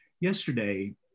yesterday